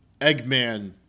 Eggman